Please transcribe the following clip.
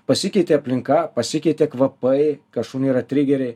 pasikeitė aplinka pasikeitė kvapai kas šuniui yra trigeriai